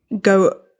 go